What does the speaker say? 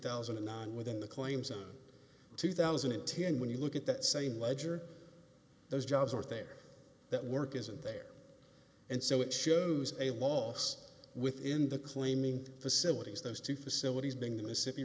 thousand and nine within the claims in two thousand and ten when you look at that same ledger those jobs are things that work isn't there and so it shows a loss within the claiming facilities those two facilities being the mississippi